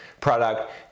product